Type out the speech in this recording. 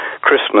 Christmas